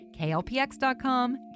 klpx.com